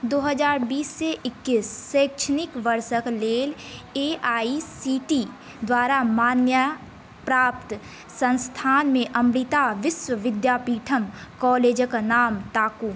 दू हजार बीससँ एकैस शैक्षणिक वर्षके लेल ए आइ सी टी द्वारा मान्याप्राप्त संस्थानमे अमृता विश्व विद्यापीठमे कॉलेजके नाम ताकू